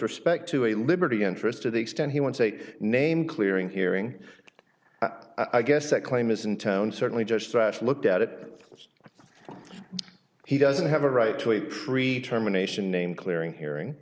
respect to a liberty interest to the extent he wants a name clearing hearing i guess that claim is in town certainly just trash looked at it he doesn't have a right to a tree terminations name clearing hearing